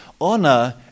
Honor